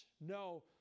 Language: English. No